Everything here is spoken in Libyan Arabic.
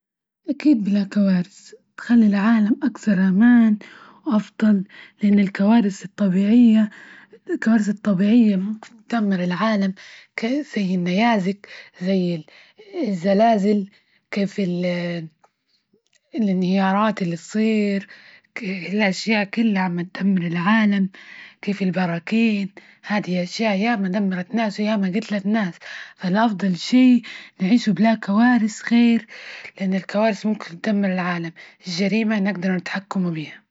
أكيد بلا كوارث، تخلي العالم أكثر أمان وأفضل، لإن الكوارث الطبيعية -الكوارث الطبيعية تدمر العالم زي النيازك، زي الزلازل، كيف الإنهيارات اللي تصير؟ الأشياء كلها عام تدمر العالم، كيف الراكين؟ هادي الأشياء ياما دمرت ناس؟ وياما جتلت ناس ،فالأفضل شي نعيشه بلا كوارث خير.